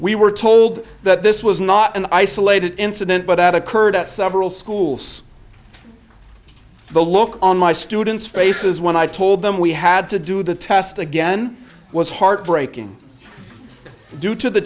we were told that this was not an isolated incident but that occurred at several schools the look on my students faces when i told them we had to do the test again was heartbreaking due to the